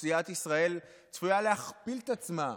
אוכלוסיית ישראל צפויה להכפיל את עצמה,